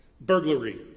Burglary